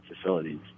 facilities